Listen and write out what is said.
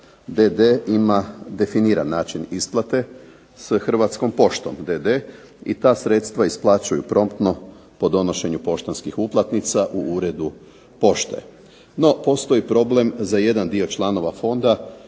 ima definiran način isplate s Hrvatskom poštom d.d. i ta sredstva isplaćuju promptno po donošenju poštanskih uplatnica u uredu pošte. No, postoji problem za jedan dio članova fonda